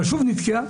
אבל שוב נתקעה,